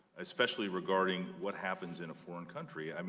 especially regarding what happens in a foreign country. i mean